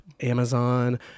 Amazon